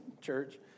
church